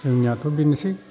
जोंनियाथ' बेनोसै